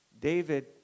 David